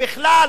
ובכלל